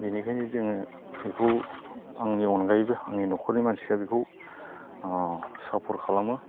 बिनिखायनो जोङो बेखौ आंनि अनगायैबो आंनि न'खरनि मानसिया बेखौ ओ सापर्ट खालामो